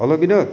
hello Vinod